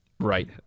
Right